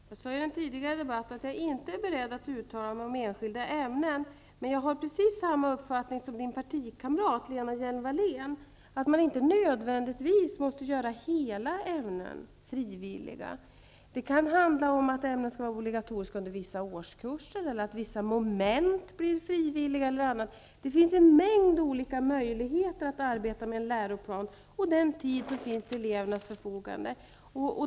Fru talman! Jag sade i en tidigare debatt att jag inte är beredd att uttala mig om enskilda ämnen, men jag har precis samma uppfattning som Eva att man inte nödvändigtvis måste göra hela ämnen frivilliga. Det kan handla om att ämnen är obligatoriska i vissa årskurser eller att vissa moment blir frivilliga. Det finns en mängd olika möjligheter att arbeta med en läroplan och den tid som finns till elevernas förfogande.